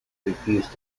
refused